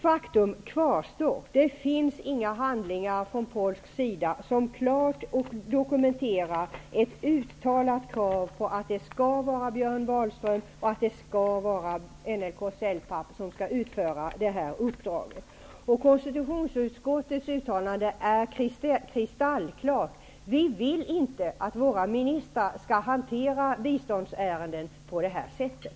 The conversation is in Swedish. Faktum kvarstår: Det finns inga handlingar från polsk sida som klart dokumenterar ett uttalat krav på att det skall vara Björn Wahlström och NLK Celpapp som skall utföra uppdraget. Konstitutionsutskottets uttalande är kristallklart: Vi vill inte att våra ministrar skall hantera biståndsärenden på det här sättet.